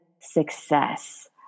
success